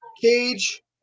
Cage